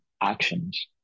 actions